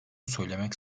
söylemek